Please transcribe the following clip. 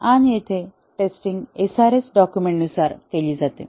आणि येथे testing SRS document नुसार केली जाते